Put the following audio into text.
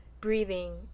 Breathing